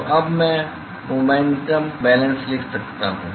तो अब मैं मोमेन्टम बेलेन्स लिख सकता हूँ